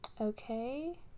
okay